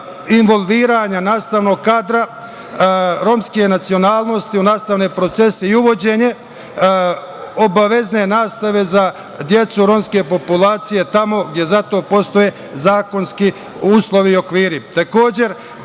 involviranja nastavnog kadra romske nacionalnosti u nastavne procese i uvođenje obavezne nastave za decu romske populacije tamo gde za to postoje zakonski uslovi i okviri. Takođe,